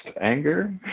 anger